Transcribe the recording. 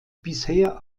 bisher